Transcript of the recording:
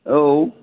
आव